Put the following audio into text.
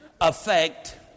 affect